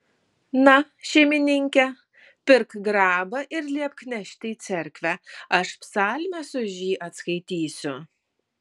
na šeimininke pirk grabą ir liepk nešti į cerkvę aš psalmes už jį atskaitysiu